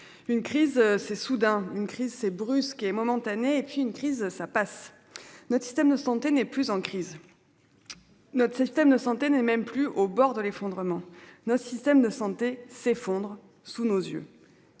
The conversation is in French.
une crise s'est soudain une crise c'est brusquer momentanée et puis une crise ça passe. Notre système de santé n'est plus en crise. Notre système de santé n'est même plus au bord de l'effondrement. Notre système de santé s'effondre sous nos yeux.